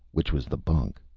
which was the bunk.